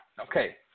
Okay